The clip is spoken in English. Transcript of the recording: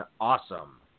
awesome